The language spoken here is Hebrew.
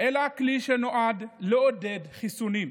אלא כלי שנועד לעודד חיסונים.